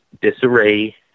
disarray